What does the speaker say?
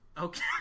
Okay